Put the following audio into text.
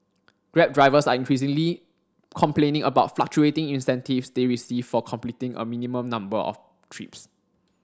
grab drivers are increasingly complaining about fluctuating incentives they receive for completing a minimum number of trips